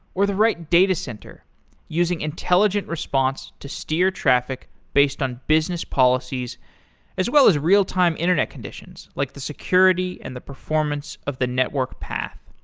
or the right datacenter using intelligent response to steer traffic based on business policies as well as real time internet conditions, like the security and the performance of the network path.